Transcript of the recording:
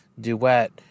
Duet